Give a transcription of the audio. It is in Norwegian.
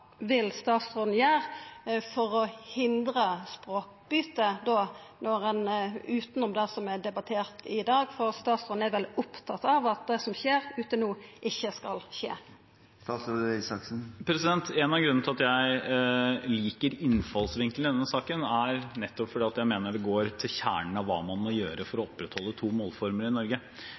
debattert i dag, for statsråden er vel opptatt av at det som skjer ute no, ikkje skal skje? En av grunnene til at jeg liker innfallsvinkelen i denne saken, er nettopp at jeg mener det går til kjernen av hva man må gjøre for å opprettholde to målformer i Norge.